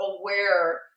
aware